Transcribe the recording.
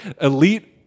elite